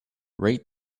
rate